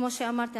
כמו שאמרתי.